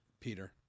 Peter